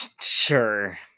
Sure